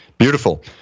Beautiful